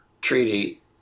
treaty